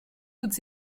toutes